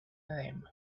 them